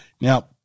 Now